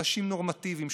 אנשים נורמטיביים,